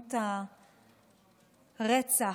כמות הרצח,